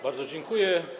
Bardzo dziękuję.